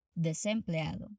desempleado